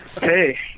Hey